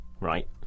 right